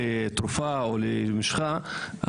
לתרופה או למשחה,